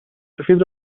سفید